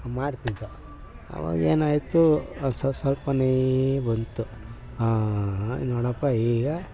ಮಾಡ್ತಿದ್ದೆ ಆವಾಗೇನಾಯಿತು ಅದು ಸ್ವಲ್ಪ ಸ್ವಲ್ಪನೇ ಬಂತು ಹಾಂ ನೋಡಪ್ಪಾ ಈಗ